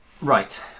Right